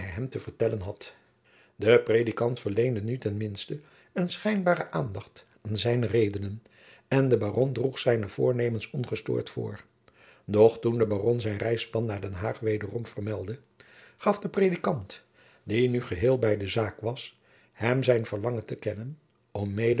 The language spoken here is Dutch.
te vertellen had de predikant verleende nu ten minsten een schijnbaren aandacht aan zijne redenen en de baron droeg zijne voornemens ongestoord voor doch toen de baron zijn reisplan naar den haag wederom vermeldde gaf de predikant die nu geheel bij de zaak was hem zijn verlangen te kennen om